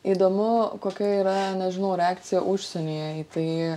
įdomu kokia yra nežinau reakcija užsienyje į tai